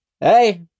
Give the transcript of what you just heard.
hey